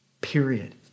period